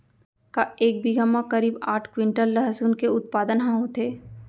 का एक बीघा म करीब आठ क्विंटल लहसुन के उत्पादन ह होथे?